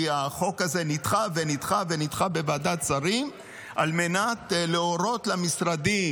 כי החוק הזה נדחה ונדחה ונדחה בוועדת שרים על מנת להורות למשרדים,